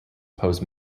pose